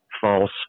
false